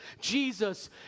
Jesus